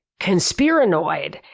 conspiranoid